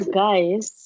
guys